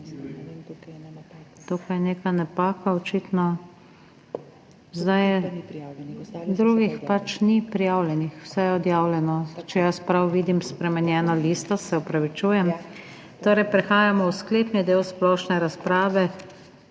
Tukaj je očitno neka napaka. Drugih pač ni prijavljenih, vse je odjavljeno, če jaz prav vidim, je spremenjena lista, se opravičujem. Torej, prehajamo v sklepni del splošne razprave,